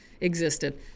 existed